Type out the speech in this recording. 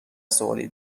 سوالی